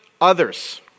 others